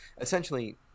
essentially